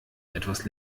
etwas